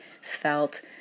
felt